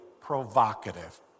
provocative